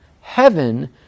Heaven